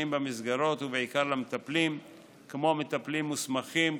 במסגרות ובעיקר למטפלים כמו מטפלים מוסמכים,